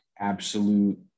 absolute